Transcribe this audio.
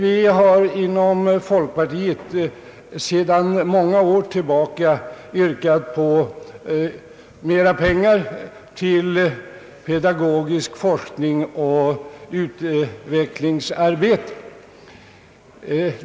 Vi inom folkpartiet har sedan många år tillbaka yrkat på mera pengar till pedagogisk forskning och utvecklingsarbete.